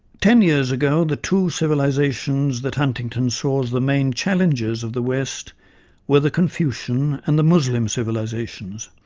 ten years ago, the two civilizations that huntington saw as the main challengers of the west were the confucian and the muslim civilisations,